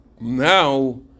now